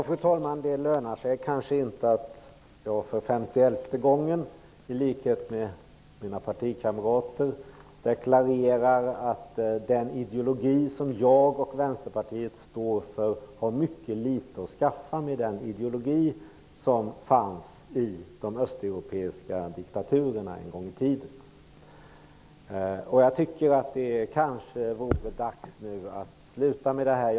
Fru talman! Det lönar sig kanske inte att jag för femtioelfte gången, i likhet med mina partikamrater, deklarerar att den ideologi som jag och Vänsterpartiet står för har mycket litet att skaffa med den ideologi som en gång i tiden fanns i de östeuropeiska diktaturerna. Det kanske nu är dags att sluta att göra dessa jämförelser.